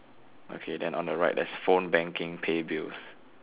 okay then on the right there's phone banking pay bills